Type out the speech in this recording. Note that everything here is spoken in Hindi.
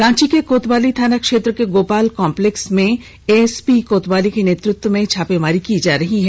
रांची के कोतवाली थाना क्षेत्र के गोपाल कॉम्प्लेक्स में एएसपी कोतवाली के नेतृत्व में छापेमारी चल रही है